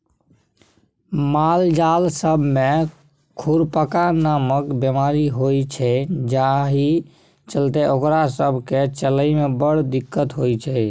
मालजाल सब मे खुरपका नामक बेमारी होइ छै जाहि चलते ओकरा सब केँ चलइ मे बड़ दिक्कत होइ छै